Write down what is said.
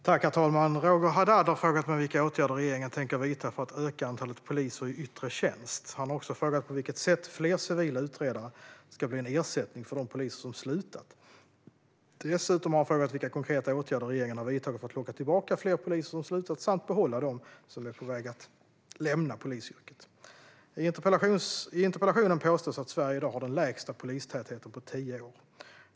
Herr talman! Roger Haddad har frågat mig vilka åtgärder regeringen tänker vidta för att öka antalet poliser i yttre tjänst. Han har också frågat på vilket sätt fler civila utredare ska bli en ersättning för de poliser som har slutat. Dessutom har han frågat vilka konkreta åtgärder regeringen har vidtagit för att locka tillbaka fler poliser som slutat och behålla dem som är på väg att lämna polisyrket. I interpellationen påstås att Sverige i dag har den lägsta polistätheten på tio år.